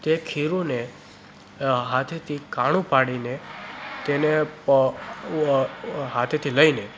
તે ખીરુંને હાથેથી કાણું પાડીને તેને હાથેથી લઈને